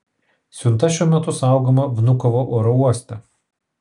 siunta šiuo metu saugoma vnukovo oro uoste